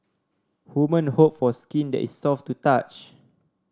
women hope for skin that is soft to touch